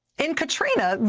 in katerina,